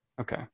Okay